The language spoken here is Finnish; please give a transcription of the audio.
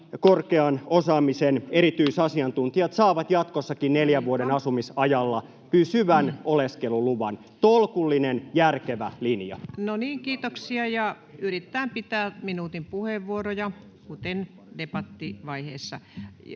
korkean osaamisen erityisasiantuntijat saavat jatkossakin [Puhemies: Aika!] neljän vuoden asumisajalla pysyvän oleskeluluvan. Tolkullinen järkevä linja. No niin, kiitoksia. Yritetään pitää minuutin puheenvuoroja, kuten debattivaiheessa.